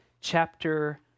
chapter